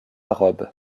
robe